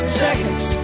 seconds